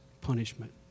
punishment